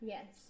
Yes